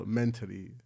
mentally